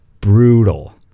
Brutal